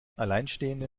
alleinstehende